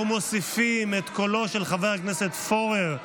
אנחנו מוסיפים את קולו של חבר הכנסת פורר,